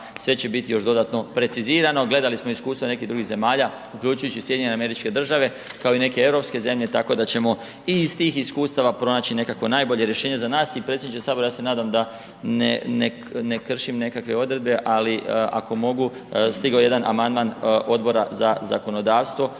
sve će biti još dodatno precizirano. Gledali smo iskustva nekih drugih zemalja, uključujući i SAD, kao i neke europske zemlje, tako da ćemo i iz tih iskustava pronaći nekakvo najbolje rješenje za nas i predsjedniče HS ja se nadam da ne, ne, ne kršim nekakve odredbe, ali ako mogu, stigao je jedan amandman Odbora za zakonodavstvo